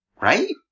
Right